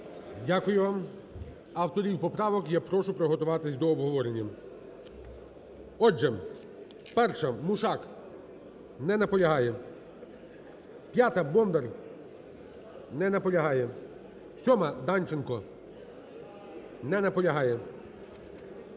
Дякую вам. Авторів поправок я прошу приготуватись до обговорення. Отже, 1-ша, Мушак. Не наполягає. 5-а, Бондар. Не наполягає. 7-а, Данченко. Не наполягає.